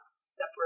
separate